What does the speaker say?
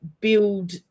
build